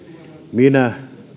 minä